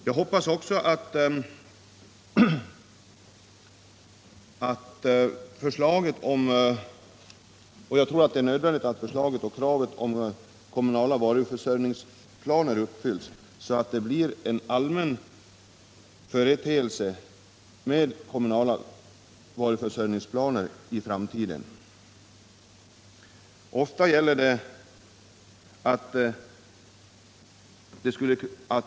Jag tror också det är nödvändigt att förslaget om kommunala varuförsörjningsplaner uppfylls och blir en allmän företeelse i framtiden.